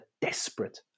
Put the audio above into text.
desperate